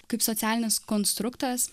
kaip socialinis konstruktas